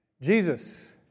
Jesus